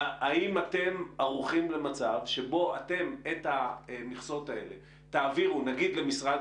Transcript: האם אתם ערוכים למצב שבו אתם את המכסות האלה תעבירו נגיד למשרד